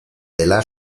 dela